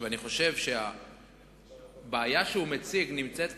אני חושב שהבעיה שהוא מציג נמצאת כבר,